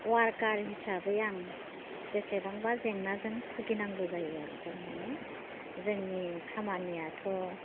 worker हिसाबै आं बेसेबांबा जेंनाजों बुगिनांगौ जायो आरो थारमानि जोंनि खामानियाथ'